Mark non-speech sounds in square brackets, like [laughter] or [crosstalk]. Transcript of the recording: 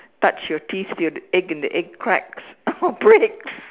touch your teeth to the egg and egg cracks or breaks [laughs]